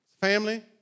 Family